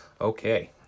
okay